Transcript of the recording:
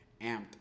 amped